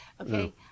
Okay